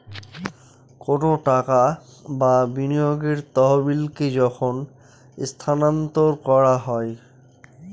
কোনো টাকা বা বিনিয়োগের তহবিলকে যখন স্থানান্তর করা হয়